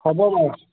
হ'ব বাৰু